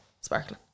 sparkling